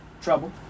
Trouble